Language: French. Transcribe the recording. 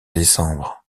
décembre